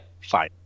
Fine